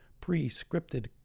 pre-scripted